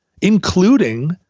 including